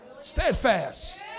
Steadfast